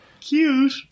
Cute